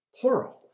plural